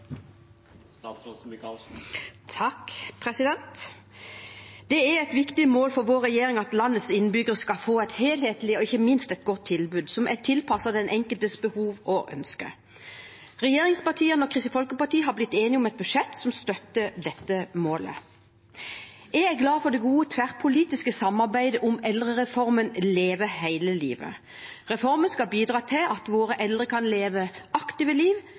et viktig mål for vår regjering at landets innbyggere skal få et helhetlig og ikke minst godt tilbud, som er tilpasset den enkeltes behov og ønsker. Regjeringspartiene og Kristelig Folkeparti har blitt enige om et budsjett som støtter dette målet. Jeg er glad for det gode tverrpolitiske samarbeidet om eldrereformen «Leve hele livet». Reformen skal bidra til at våre eldre kan leve aktive liv,